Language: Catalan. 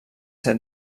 ser